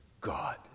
God